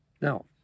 Now